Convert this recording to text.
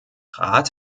rat